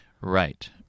Right